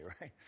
right